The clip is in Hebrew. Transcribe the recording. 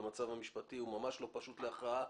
המצב המשפטי ממש לא פשוט להכרעה,